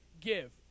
give